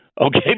okay